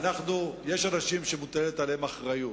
יש אנשים שמוטלת עליהם אחריות.